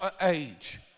age